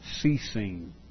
ceasing